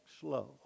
slow